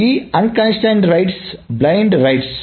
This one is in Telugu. ఈ అనియంత్రిత వ్రాతలు బ్లైండ్ రైట్స్